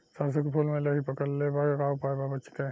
सरसों के फूल मे लाहि पकड़ ले ले बा का उपाय बा बचेके?